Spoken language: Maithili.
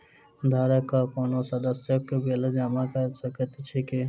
घरक कोनो सदस्यक बिल जमा कऽ सकैत छी की?